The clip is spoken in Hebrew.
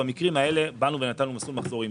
במקרים האלה באנו ונתנו מסלול מחזורים.